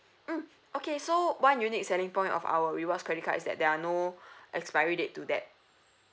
mm okay so one unique selling point of our rewards credit card is that there are no expiry date to that